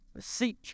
seek